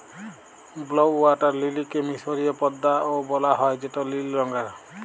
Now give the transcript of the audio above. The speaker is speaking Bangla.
ব্লউ ওয়াটার লিলিকে মিসরীয় পদ্দা ও বলা হ্যয় যেটা লিল রঙের